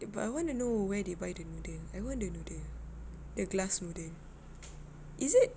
eh but I want to know where they buy the noodles I want the noodles the glass noodle is it